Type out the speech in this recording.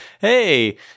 hey